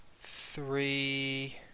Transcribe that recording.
Three